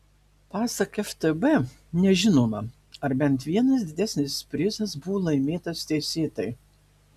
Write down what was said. pasak ftb nežinoma ar bent vienas didesnis prizas buvo laimėtas teisėtai